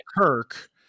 Kirk